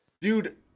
dude